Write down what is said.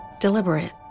deliberate